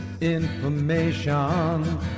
information